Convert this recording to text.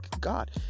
god